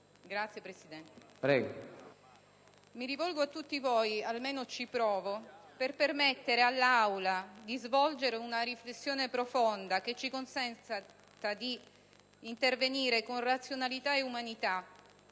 Mi rivolgo a tutti voi - almeno ci provo - per permettere all'Aula di svolgere una riflessione profonda, che ci consenta di intervenire con razionalità e umanità